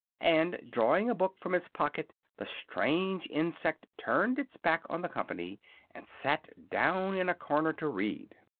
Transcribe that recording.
and drawing a book from its pocket the strange insect turned its back on the company and sat down in a corner to read.